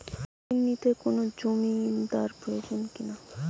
ঋণ নিতে কোনো জমিন্দার প্রয়োজন কি না?